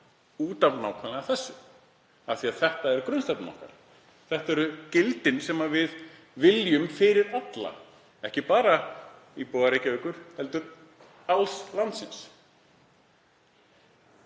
okkur, nákvæmlega út af þessu, af því að þetta er grunnstefna okkar. Þetta eru gildin sem við viljum fyrir alla, ekki bara íbúa Reykjavíkur heldur alls landsins.